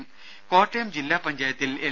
രും കോട്ടയം ജില്ലാ പഞ്ചായത്തിൽ എൽ